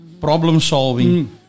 problem-solving